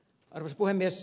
arvoisa puhemies